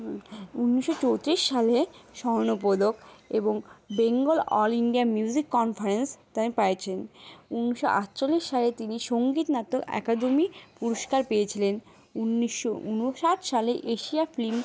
উনিশশো চৌত্রিশ সালে স্বর্ণপদক এবং Bengal all India music conference prize পেয়েছেন উনিশশো আটচল্লিশ সালে তিনি সঙ্গীতনাট্য অ্যাকাডেমি পুরস্কার পেয়েছিলেন উনিশশো উনষাট সালে এশিয়া ফিল্ম